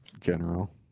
general